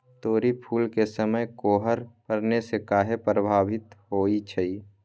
तोरी फुल के समय कोहर पड़ने से काहे पभवित होई छई?